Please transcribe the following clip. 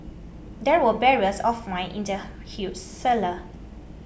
there were barrels of wine in the huge cellar